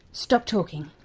stop talking.